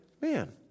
man